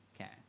okay